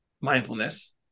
mindfulness